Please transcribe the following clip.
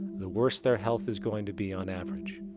the worse their health is going to be on average.